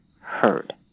heard